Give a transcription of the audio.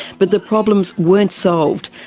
but the problems weren't solved,